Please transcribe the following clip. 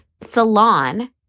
salon